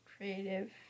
creative